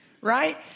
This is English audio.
right